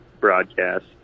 broadcast